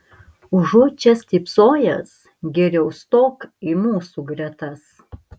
užuot čia stypsojęs geriau stok į mūsų gretas